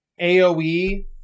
AoE